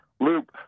loop